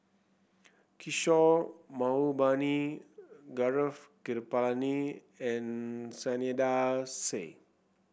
Kishore Mahbubani Gaurav Kripalani and Saiedah Said